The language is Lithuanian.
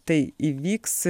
tai įvyks